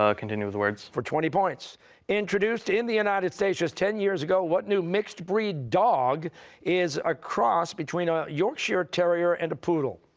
ah continue with words. costa for twenty points introduced in the united states just ten years ago, what new mixed-breed dog is a cross between a yorkshire terrier and a poodle?